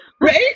Right